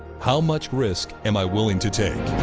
how much risk am i willing to take?